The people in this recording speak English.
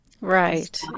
right